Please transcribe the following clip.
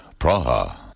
Praha